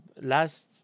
last